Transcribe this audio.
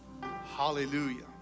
Hallelujah